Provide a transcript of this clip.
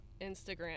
Instagram